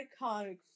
iconic